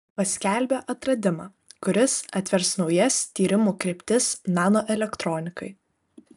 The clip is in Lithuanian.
paskelbė atradimą kuris atvers naujas tyrimų kryptis nanoelektronikai